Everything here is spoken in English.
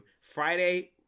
Friday